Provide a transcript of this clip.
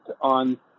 on